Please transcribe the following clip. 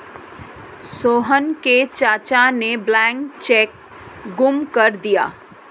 सोहन के चाचा ने ब्लैंक चेक गुम कर दिया